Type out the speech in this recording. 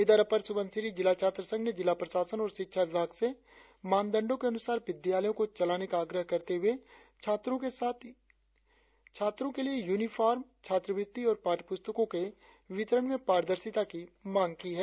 इधर अपर सुबनसिरी जिला छात्र संघ ने जिला प्रशासन और शिक्षा विभाग से मानदंडो के अनुसार विद्यालयों को चलाने का आग्रह करते हुए छात्रों के लिए यूनिफार्म छात्रवृत्ति और पाठ्यपुस्तको के वितरण में पारदर्शिता की मांग की है